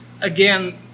again